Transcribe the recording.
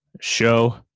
show